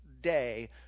day